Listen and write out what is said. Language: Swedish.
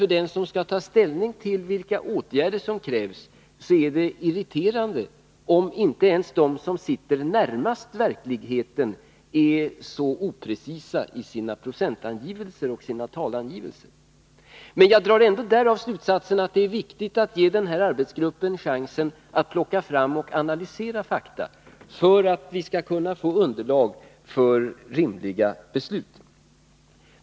För den som skall ta ställning till de åtgärder som krävs är det irriterande att även de som är närmast verkligheten är så oprecisa i sina procentangivelser och talangivelser. Jag drar ändå därav slutsatsen att det är viktigt att ge den här arbetsgruppen chansen att plocka fram och analysera fakta för att vi skall kunna få underlag för rimliga beslut.